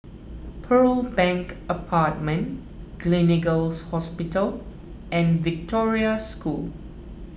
Pearl Bank Apartment Gleneagles Hospital and Victoria School